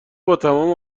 باتمام